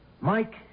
Mike